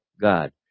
God